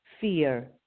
fear